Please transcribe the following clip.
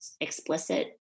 explicit